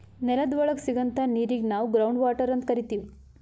ನೆಲದ್ ಒಳಗ್ ಸಿಗಂಥಾ ನೀರಿಗ್ ನಾವ್ ಗ್ರೌಂಡ್ ವಾಟರ್ ಅಂತ್ ಕರಿತೀವ್